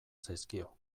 zaizkio